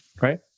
right